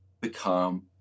become